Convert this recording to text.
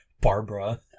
Barbara